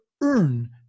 earn